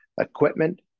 equipment